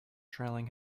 trailing